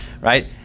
right